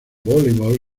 voleibol